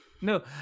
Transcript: No